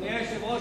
אדוני היושב-ראש,